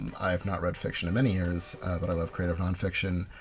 and i've not read fiction in many years but i love creative non-fiction.